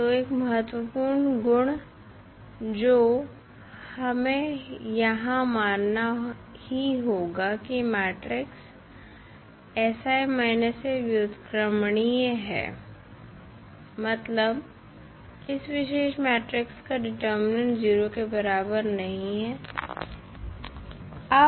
तो एक महत्वपूर्ण गुण जो हमें यहाँ मानना ही होगा की मैट्रिक्स व्युत्क्रमणीय है मतलब इस विशेष मैट्रिक्स का डेटर्मिनेन्ट 0 के बराबर नहीं है